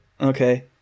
okay